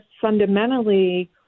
fundamentally